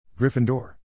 Gryffindor